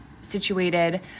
situated